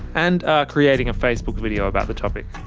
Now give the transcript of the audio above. and are creating a facebook video about the topic.